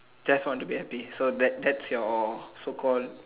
just want to be happy so that that's your so call